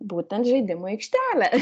būtent žaidimų aikštelę